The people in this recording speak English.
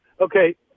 Okay